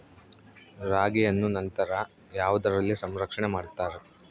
ರಾಗಿಯನ್ನು ನಂತರ ಯಾವುದರಲ್ಲಿ ಸಂರಕ್ಷಣೆ ಮಾಡುತ್ತಾರೆ?